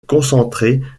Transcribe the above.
concentrer